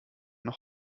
noch